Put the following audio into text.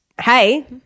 hey